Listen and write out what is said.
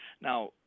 Now